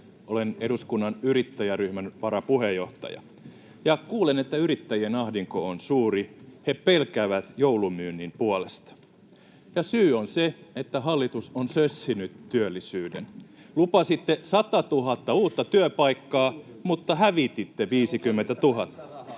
Olen eduskunnan yrittäjäryhmän varapuheenjohtaja ja kuulen, että yrittäjien ahdinko on suuri. He pelkäävät joulumyynnin puolesta, ja syy on se, että hallitus on sössinyt työllisyyden. Lupasitte 100 000 uutta työpaikkaa, mutta hävititte 50 000.